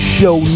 Show